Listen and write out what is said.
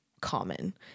common